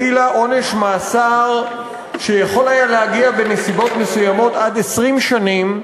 שהטילה עונש מאסר שיכול היה להגיע בנסיבות מסוימות עד 20 שנים,